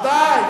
ודאי,